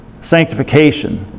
sanctification